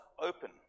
open